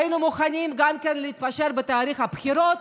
היינו מוכנים גם להתפשר על תאריך הבחירות,